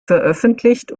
veröffentlicht